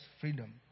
freedom